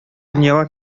дөньяга